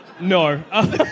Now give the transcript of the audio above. No